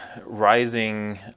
rising